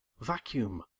Vacuum